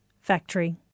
Factory